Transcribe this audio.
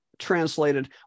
translated